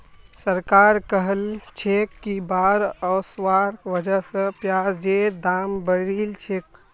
सरकार कहलछेक कि बाढ़ ओसवार वजह स प्याजेर दाम बढ़िलछेक